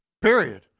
period